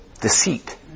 Deceit